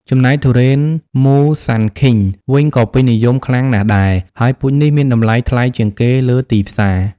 ចំណែកទុរេនមូសាន់ឃីង វិញក៏ពេញនិយមខ្លាំងណាស់ដែរ ហើយពូជនេះមានតម្លៃថ្លៃជាងគេលើទីផ្សារ។